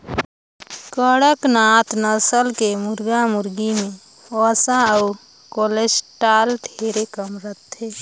कड़कनाथ नसल के मुरगा मुरगी में वसा अउ कोलेस्टाल ढेरे कम रहथे